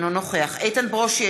אינו נוכח איתן ברושי,